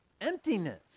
Emptiness